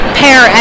pair